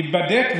ייבדק,